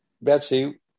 Betsy